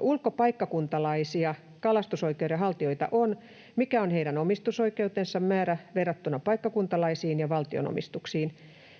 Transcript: ulkopaikkakuntalaisia kalastusoikeuden haltijoita on? Mikä on heidän omistusoikeutensa määrä verrattuna paikkakuntalaisiin ja valtion omistuksiin?